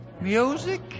Music